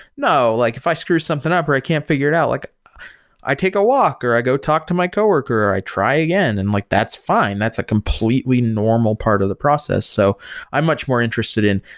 no, like if i screw something up or i can't figure it out, like i take a walk or i go talk to my coworker or i try again, and like that's fine. that's a completely normal part of the process. so i'm much more interested in,